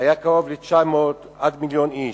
היה קרוב ל-900,000 עד מיליון איש.